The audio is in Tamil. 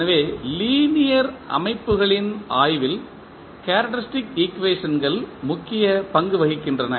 எனவே லீனியர் அமைப்புகளின் ஆய்வில் கேரக்டரிஸ்டிக் ஈக்குவேஷன்கள் முக்கிய பங்கு வகிக்கின்றன